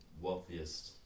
wealthiest